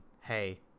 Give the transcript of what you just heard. hey